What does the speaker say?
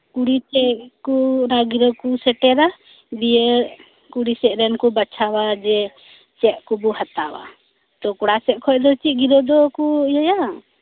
ᱠᱩᱲᱤ ᱴᱷᱮᱡ ᱠᱚ ᱚᱱᱟ ᱜᱤᱨᱟᱹ ᱠᱚ ᱥᱮᱴᱮᱨᱟ ᱫᱤᱭᱮ ᱠᱩᱲᱤ ᱥᱮᱫ ᱨᱮᱱ ᱠᱚ ᱵᱟᱪᱷᱟᱣᱟ ᱡᱮ ᱪᱮᱫ ᱠᱚᱵᱚ ᱦᱟᱛᱟᱣᱟ ᱛᱚ ᱠᱚᱲᱟ ᱥᱮᱫ ᱠᱷᱚᱱ ᱫᱚ ᱪᱮᱜ ᱜᱤᱨᱟᱹ ᱫᱚᱠᱚ ᱤᱭᱟᱹᱭᱟ